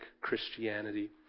Christianity